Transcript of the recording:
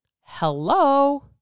Hello